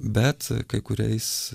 bet kai kuriais